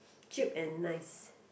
cheap and nice